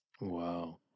Wow